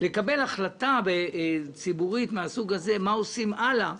מבקשים לקבל החלטה ציבורית מהסוג הזה מה עושים הלאה.